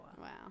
wow